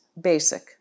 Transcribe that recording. basic